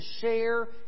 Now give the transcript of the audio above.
share